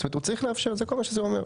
כלומר הוא צריך לאפשר את זה כמו מה שזה אומר.